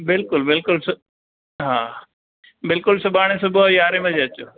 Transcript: बिल्कुलु बिल्कुलु सु हा बिल्कुलु सुभाणे सुबुह जो यारहें बजे अचिजो